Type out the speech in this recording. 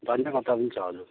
धनियापत्ता पनि छ हजुर